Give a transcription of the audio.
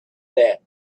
that